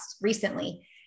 recently